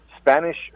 Spanish